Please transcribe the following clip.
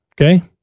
okay